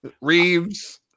Reeves